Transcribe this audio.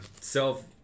self